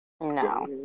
No